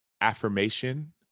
affirmation